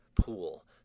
pool